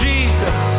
Jesus